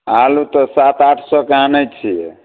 आलू तऽ सात आठ सओके आनै छिए